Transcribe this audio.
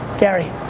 gary.